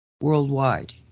worldwide